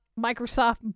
Microsoft